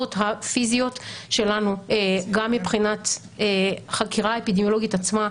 המגבלות הפיסיות שלנו גם מבחינת חקירה אפידמיולוגית עצמה.